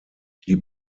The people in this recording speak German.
die